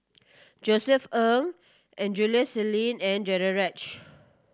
Josef Ng Angelo Sanelli and Danaraj